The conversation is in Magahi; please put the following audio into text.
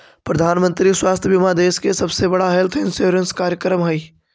प्रधानमंत्री स्वास्थ्य बीमा देश के सबसे बड़ा हेल्थ इंश्योरेंस कार्यक्रम हई